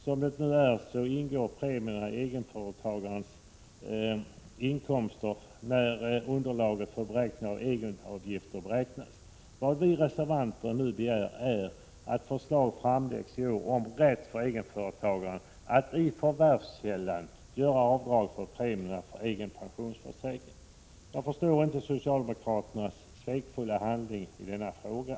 Som det nu är ingår premier för egenförtagares pensionering i underlaget för beräkning av egenavgifterna. Vad vi reservanter nu begär är att. förslag framläggs om rätt för egenföretagare att i förvärvskällan göra avdrag för premier för egen pensionsförsäkring. Jag förstår inte socialdemokraternas svekfulla handlande i denna fråga.